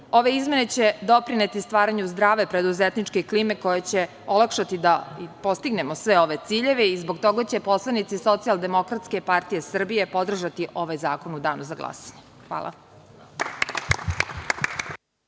izmene će doprineti stvaranju zdrave preduzetničke klime koja će olakšati da postignemo sve ove ciljeve i zbog toga će poslanici SDPS podržati ovaj zakon u danu za glasanje. Hvala